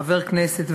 חבר הכנסת,